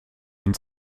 den